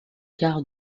quart